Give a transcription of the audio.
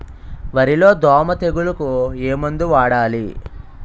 వరిలో దోమ తెగులుకు ఏమందు వాడాలి?